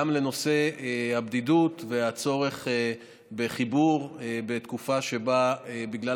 גם לנושא הבדידות והצורך בחיבור בתקופה שבה בגלל